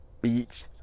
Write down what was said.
beach